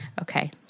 Okay